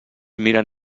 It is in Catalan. miren